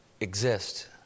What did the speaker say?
exist